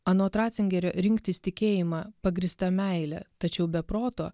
anot ratzingerio rinktis tikėjimą pagrįsta meile tačiau be proto